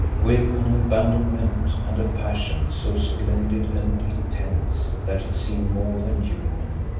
with an abandonment and a passion so splendid and intense that it seemed more than human,